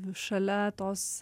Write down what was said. šalia tos